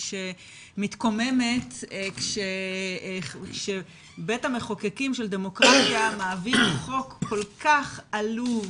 ושמתקוממת כשבית המחוקקים של דמוקרטיה מעביר חוק כל כך עלוב,